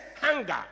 hunger